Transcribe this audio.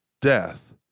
death